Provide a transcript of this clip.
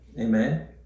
Amen